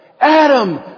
Adam